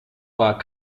war